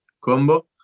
combo